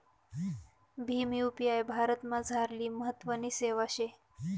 Bhim UPI भारतमझारली महत्वनी सेवा शे